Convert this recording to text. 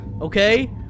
Okay